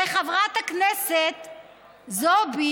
מגיע גם אזרחות, ולחברת הכנסת זועבי,